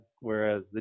whereas